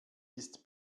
ist